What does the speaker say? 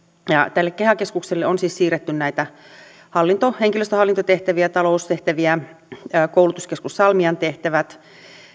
tälle keha keskukselle on siis siirretty näitä henkilöstöhallintotehtäviä taloustehtäviä koulutuskeskus salmian tehtävät